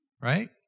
right